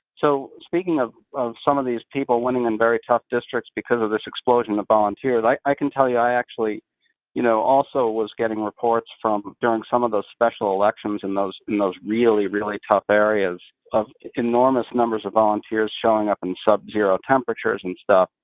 so speaking of of some of these people winning in very tough districts because of this explosion of volunteers, i i can tell you i actually you know also was getting reports during some of those special elections in those in those really, really tough areas of enormous numbers of volunteers showing up in subzero temperatures and stuff.